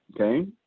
Okay